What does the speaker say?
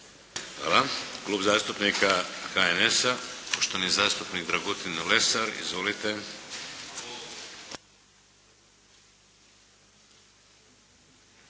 (HDZ)** Klub zastupnika HNS-a, poštovani zastupnik Dragutin Lesar. Izvolite!